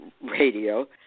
radio